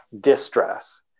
distress